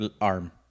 arm